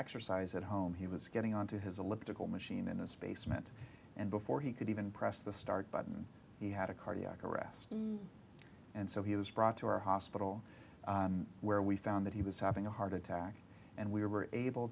exercise at home he was getting onto his elliptical machine in a space meant and before he could even press the start button he had a cardiac arrest and so he was brought to our hospital where we found that he was having a heart attack and we were able